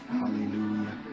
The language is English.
hallelujah